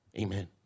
Amen